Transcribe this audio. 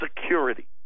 Security